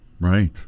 Right